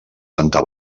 santa